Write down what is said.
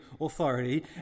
authority